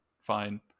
fine